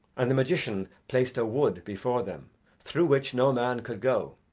and the magician placed a wood before them through which no man could go,